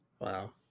Wow